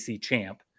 champ